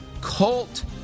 cult